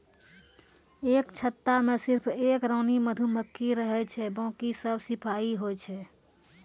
एक छत्ता मॅ सिर्फ एक रानी मधुमक्खी रहै छै बाकी सब सिपाही होय छै